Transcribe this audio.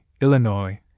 Illinois